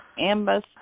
Ambus